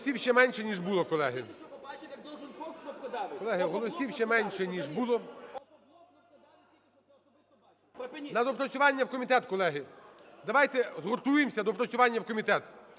голосів ще менше, ніж було. На доопрацювання в комітет, колеги. Давайте згуртуємось, доопрацювання в комітет.